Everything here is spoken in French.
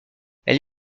elle